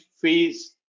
phase